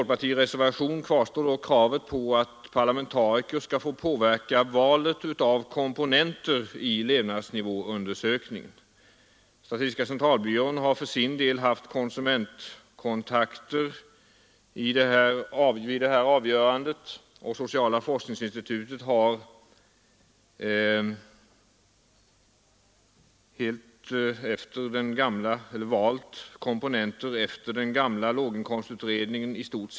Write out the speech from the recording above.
Kravet i en folkpartimotion att parlamentariker skall få påverka valet av komponenter i levnadsnivåundersökningen kvarstå. Statistiska centralbyrån har för sin del haft konsumentkontakter vid detta avgörande, och institutet för social forskning har valt komponenter i stort sett i överensstämmelse med den gamla låginkomstutredningen.